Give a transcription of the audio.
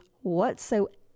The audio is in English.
whatsoever